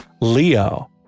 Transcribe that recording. Leo